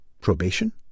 Probation